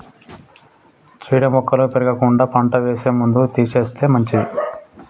చీడ మొక్కలు పెరగకుండా పంట వేసే ముందు తీసేస్తే మంచిది